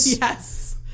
Yes